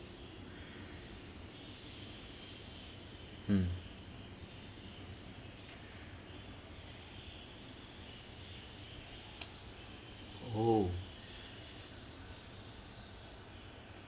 mm oo